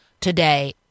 today